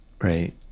right